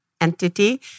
entity